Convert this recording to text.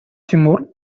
тимур